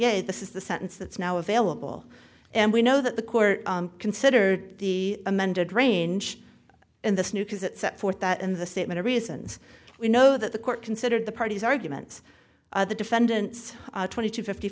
a this is the sentence that's now available and we know that the court considered the amended range in this new because it set forth that in the statement of reasons we know that the court considered the parties arguments the defendants twenty two fifty